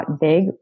big